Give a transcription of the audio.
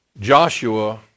Joshua